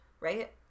right